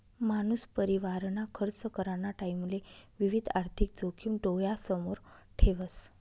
मानूस परिवारना खर्च कराना टाईमले विविध आर्थिक जोखिम डोयासमोर ठेवस